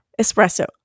espresso